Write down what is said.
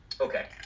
Okay